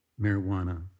marijuana